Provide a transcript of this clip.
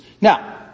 Now